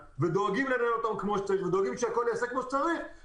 ודואגים לנהל אותם כמו שצריך ודואגים שהכול ייעשה כמו שצריך.